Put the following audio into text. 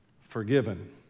forgiven